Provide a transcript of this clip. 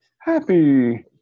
happy